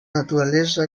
naturalesa